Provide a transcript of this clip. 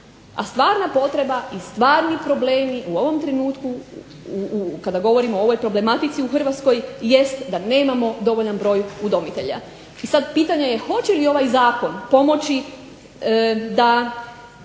A stvarna potreba i stvarni problemi u ovom trenutku kada govorimo o ovoj problematici u Hrvatskoj jest da nemamo dovoljan broj udomitelja. I sad pitanje je hoće li ovaj Zakon pomoći da